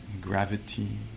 gravity